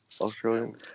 Australian